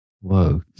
Whoa